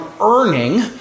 earning